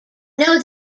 know